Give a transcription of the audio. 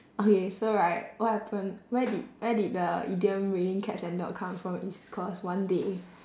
okay so right what happened why did why did the idiom raining cats and dog come from is because one day